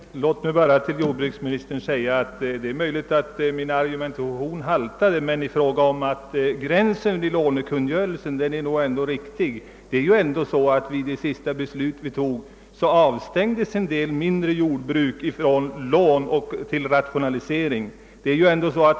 Herr talman! Låt mig bara säga till jordbruksministern att det är möjligt att min argumentation haltar men att den i fråga om gränsen i lånekungörelsen nog ändå är riktig. Från och med det senast fattade beslutet utestängdes ju vissa mindre jordbruk från lån till rationalisering.